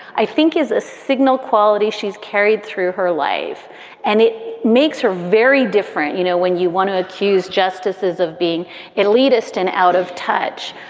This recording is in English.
i think is a signal quality. she's carried through her life and it makes her very different. you know, when you want to accuse justices of being elitist and out of touch,